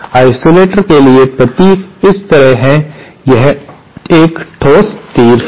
isolator के लिए प्रतीक इस तरह है यह एक ठोस तीर है